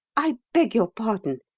i beg your pardon,